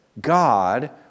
God